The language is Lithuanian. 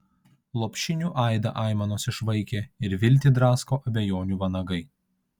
lopšinių aidą aimanos išvaikė ir viltį drasko abejonių vanagai